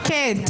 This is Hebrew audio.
טלי, שקט.